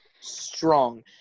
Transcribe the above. strong